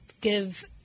give